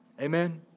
Amen